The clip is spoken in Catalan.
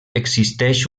existeix